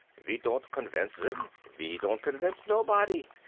ve don't convinze zem, ve don't convinze nobody.